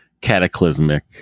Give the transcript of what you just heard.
cataclysmic